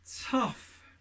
tough